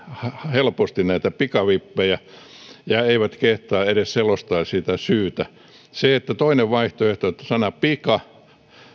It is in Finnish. helposti näitä pikavippejä eivätkä kehtaa edes selostaa sitä syytä toinen vaihtoehto se että sana pika